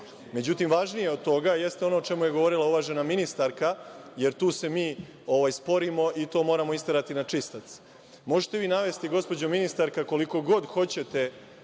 SNS.Međutim, važnije od toga jeste ono o čemu je govorila uvažena ministarka, jer tu se mi sporimo i to moramo isterati na čistac. Možete vi navesti, gospođo ministarka, koliko god hoćete